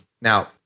Now